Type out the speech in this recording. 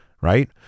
right